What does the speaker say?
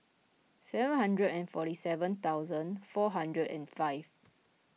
seven hundred and forty seven thousand four hundred and five